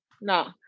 No